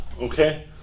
okay